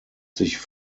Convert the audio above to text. sich